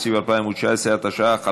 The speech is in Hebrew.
סעיף 32 (3), (5) לעניין סעיפים 62א(א1)(15)